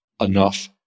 enough